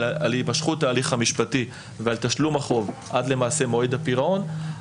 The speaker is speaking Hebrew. להימשכות ההליך המשפטי ולתשלום החוב עד למועד הפירעון,